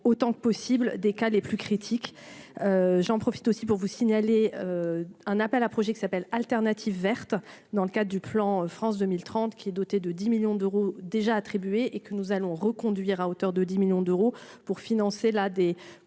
autant que possible des cas les plus critiques, j'en profite aussi pour vous signaler un appel à projets, qui s'appelle alternative verte dans le cadre du plan France 2030, qui est doté de 10 millions d'euros déjà attribuées et que nous allons reconduire à hauteur de 10 millions d'euros pour financer la des